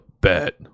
bet